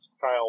Kyle